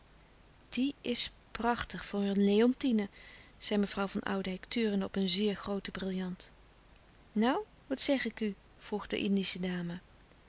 die is prachtig voor een leontine zei mevrouw van oudijck turende op een zeer grooten brillant nou wat zeg ik u vroeg de indische dame